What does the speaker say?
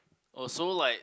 oh so like